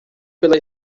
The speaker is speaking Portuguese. pela